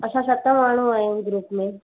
असां सत माण्हू आहियूं ग्रुप में